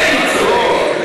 סקס-מניאקים, את צודקת.